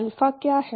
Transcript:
alpha क्या है